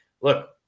look